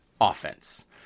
offense